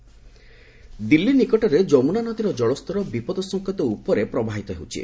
ଦିଲ୍ଲୀ ଯମୁନା ଦିଲ୍ଲୀ ନିକଟରେ ଯମୁନା ନଦୀର ଜଳସ୍ତର ବିପଦ ସଙ୍କେତ ଉପରେ ପ୍ରବାହିତ ହେଉଛି